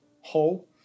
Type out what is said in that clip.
hole